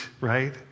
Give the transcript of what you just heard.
right